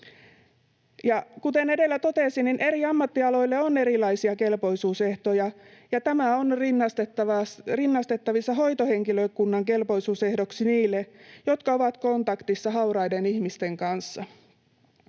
Kuten edellä totesin, eri ammattialoille on erilaisia kelpoisuusehtoja ja tämä on rinnastettavissa hoitohenkilökunnan kelpoisuusehdoksi niille, jotka ovat kontaktissa hauraiden ihmisten kanssa.